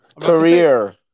Career